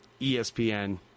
ESPN